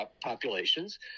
populations